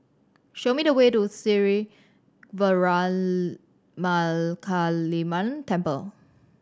show me the way to Sri Veeramakaliamman Temple